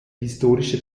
historische